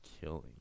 killing